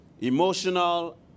emotional